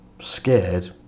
scared